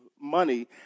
money